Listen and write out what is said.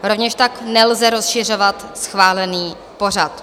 Rovněž tak nelze rozšiřovat schválený pořad.